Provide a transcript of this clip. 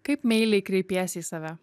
kaip meiliai kreipiesi į save